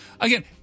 Again